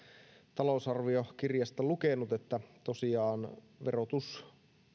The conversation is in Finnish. talousarviokirjasta lukenut niin tosiaan